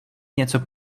něco